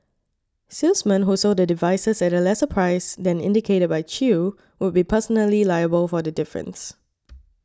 salesmen who sold the devices at a lesser price than indicated by Chew would be personally liable for the difference